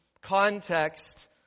context